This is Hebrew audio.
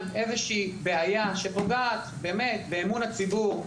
איזושהי בעיה שפוגעת באמת באמון הציבור,